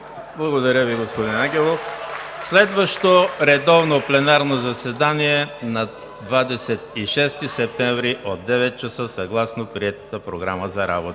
Благодаря Ви, господин Ангелов. Следващо редовно пленарно заседание на 26 септември 2019 г. от 9,00 ч. съгласно приетата Програма за работа.